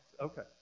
Okay